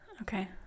Okay